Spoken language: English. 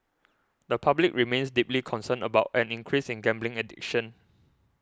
the public remains deeply concerned about an increase in gambling addiction